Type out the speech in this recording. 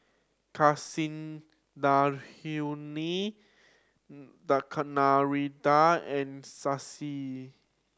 Kasinadhuni Narendra and Shashi